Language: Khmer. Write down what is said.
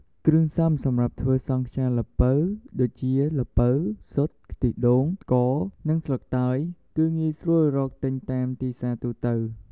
គ្រឿងផ្សំសម្រាប់ធ្វើសង់ខ្យាល្ពៅ ដូចជា ល្ពៅ ស៊ុត ខ្ទិះដូង ស្ករ និងស្លឹកតើយ គឺងាយស្រួលរកទិញតាមទីផ្សារទូទៅ។